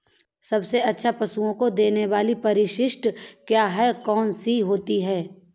सबसे अच्छा पशुओं को देने वाली परिशिष्ट क्या है? कौन सी होती है?